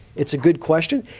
it's a good question.